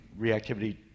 reactivity